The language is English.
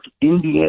India